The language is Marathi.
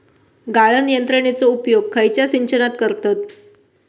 गाळण यंत्रनेचो उपयोग खयच्या सिंचनात करतत?